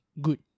good